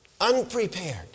Unprepared